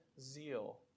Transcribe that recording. zeal